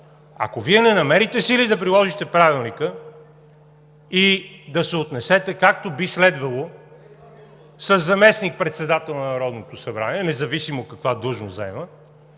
Ако Вие не намерите сили да приложите Правилника и да се отнесете, както би следвало със заместник-председател на Народното събрание, независимо каква длъжност заема,